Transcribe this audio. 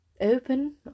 open